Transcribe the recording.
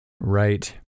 right